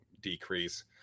decrease